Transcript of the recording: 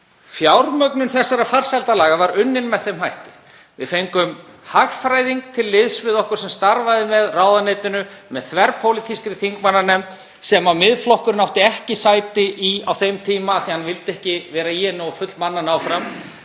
Fjármögnun þessara farsældarlaga var unnin með þeim hætti að við fengum hagfræðing til liðs við okkur sem starfaði með ráðuneytinu og með þverpólitískri þingmannanefnd sem Miðflokkurinn átti ekki sæti í á þeim tíma, af því að hann vildi ekki vera í henni og fullmanna hana áfram,